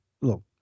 look